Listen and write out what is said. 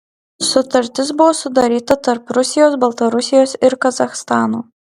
sutartis buvo sudaryta tarp rusijos baltarusijos ir kazachstano